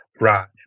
Right